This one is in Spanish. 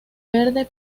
verde